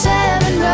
Seven